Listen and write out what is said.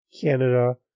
Canada